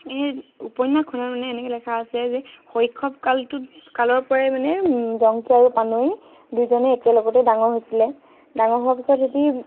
সেই উপন্যাসখনত মানে এনেকে লেখা আছে যে শৈশৱ কালটোত কালৰ পৰাই মানে জংকী আৰু পানৈ দুয়োজনেই একেলগতে ডাঙৰ হৈছিলে ডাঙৰ হোৱাৰ পিছত হেতি